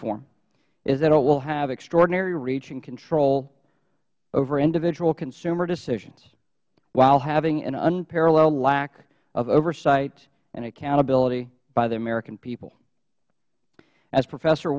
form is that it will have extraordinary reach and control over individual consumer decisions while having an unparalleled lack of oversight and accountability by the american people as professor